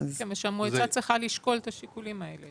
על מינוי סגן יושב ראש המועצה יחולו הוראות